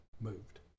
moved